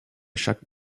chaque